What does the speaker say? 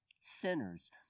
sinners